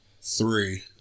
Three